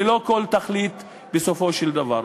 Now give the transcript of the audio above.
ללא כל תכלית בסופו של דבר.